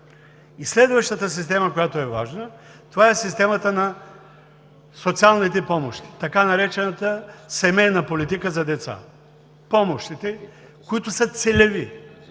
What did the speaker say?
И следващата система, която е важна, е системата на социалните помощи, така наречената „семейна политика за деца“, помощите, които са целеви.